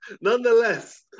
Nonetheless